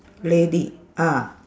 lady ah